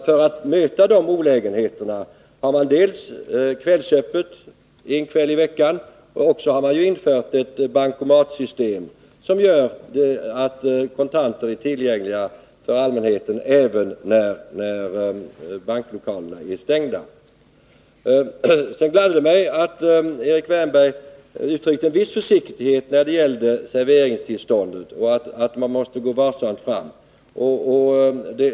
För att möta de olägenheter som uppstår har man öppet en kväll i veckan, och dessutom har man infört bankomatsystemet, som gör att kontanter är tillgängliga för allmänheten även när banklokalerna är stängda. Det gladde mig att Erik Wärnberg uttryckte en viss försiktighet när det gällde serveringstillståndet och sade att man måste gå varsamt fram.